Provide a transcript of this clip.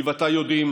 אני ואתה יודעים